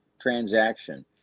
transaction